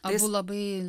abu labai